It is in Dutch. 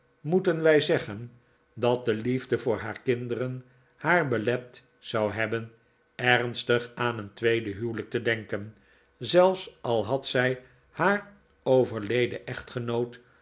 moeten wij zeggen dat de liefde voor haar kinderen haar belet zou hebben ernstig aan een tweede huwelijk te denken zelfs al had zij haar overleden echtgenoot